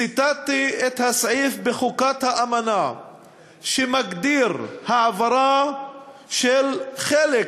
ציטטתי את הסעיף בחוקת האמנה שמגדיר העברה של חלק